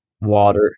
water